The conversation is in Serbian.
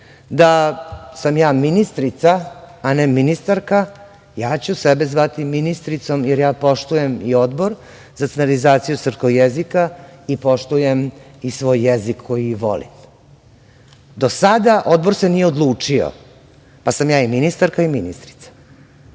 da sam ja ministrica a ne ministarka, ja ću sebe zvati ministricom, jer ja poštujem i Odbor za standardizaciju srpskog jezika i poštujem i svoj jezik, koji volim. Do sada, Odbor se nije odlučio, pa sam ja i ministarka i ministrica.